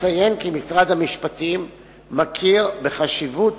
אציין כי משרד המשפטים מכיר בחשיבות